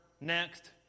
next